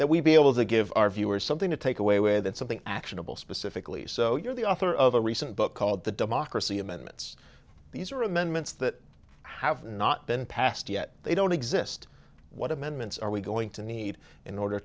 that we be able to give our viewers something to take away that something actionable specifically so you're the author of a recent book called the democracy amendments these are amendments that have not been passed yet they don't exist what amendments are we going to need in order